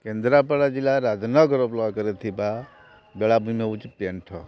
କେନ୍ଦ୍ରାପଡ଼ା ଜିଲ୍ଲା ରାଜନଗର ବ୍ଲକ୍ରେ ଥିବା ବେଳାଭୂମି ହେଉଛି ପେଣ୍ଠ